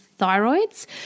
thyroids